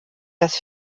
das